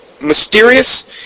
mysterious